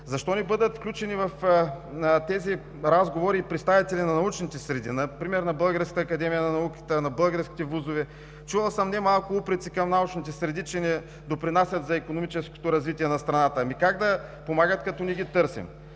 Защо не бъдат включени в тези разговори и представители на научните среди, например на Българската академия на науките, на българските ВУЗ-ове? Чувал съм немалко упреци към научните среди, че не допринасят за икономическото развитие на страната. Ами как да помагат, като не ги търсим?!